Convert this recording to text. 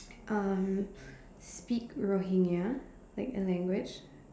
um speak Rohingya like a language